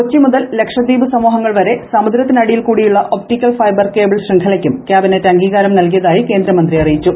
കൊച്ചി മുതൽ ലക്ഷദ്വീപ് സമൂഹങ്ങൾ വരെ സമുദ്രത്തിനടിയിൽ കൂടിയുള്ള ഒപ്റ്റിക്കൽ ഫൈബർ കേബിൾ ശൃംഖലക്കും ക്യാബിനറ്റ് അംഗീകാരം നൽകിയതായി കേന്ദ്രമന്ത്രി അറിയിച്ചു